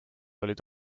olid